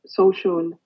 social